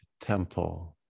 temple